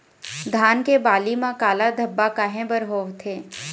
धान के बाली म काला धब्बा काहे बर होवथे?